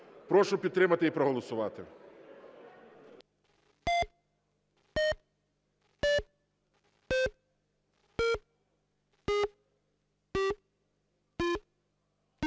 Прошу підтримати і проголосувати.